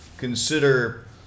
consider